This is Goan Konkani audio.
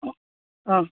आं